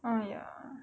oh ya